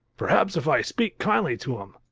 perhaps if i speak kindly to him.